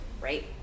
right